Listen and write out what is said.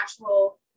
natural